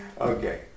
Okay